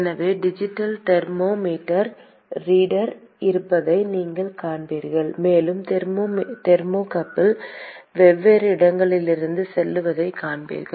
எனவே digital thermometer reader இருப்பதை நீங்கள் காண்பீர்கள் மேலும் தெர்மோகப்பிள் வெவ்வேறு இடங்களிலிருந்து செல்வதைக் காண்பீர்கள்